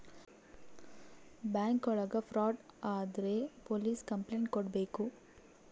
bank ಒಳಗ fraud ಆದ್ರೆ police complaint ಕೊಡ್ಬೇಕು